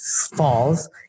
falls